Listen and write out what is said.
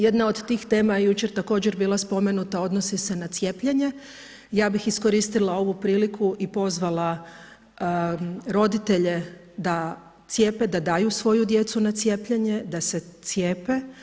Jedna od tih tema, jučer također bila spomenuta odnosi se na cijepljenje, ja bih iskrstila ovu priliku i pozvala roditelje da cjepe, da daju svoju djecu na cijepljenje, da se cjepe.